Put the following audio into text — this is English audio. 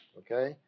okay